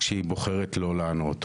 כשהיא בוחרת לא לענות?